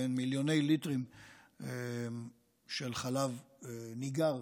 מיליוני ליטרים של חלב ניגר,